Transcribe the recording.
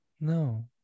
No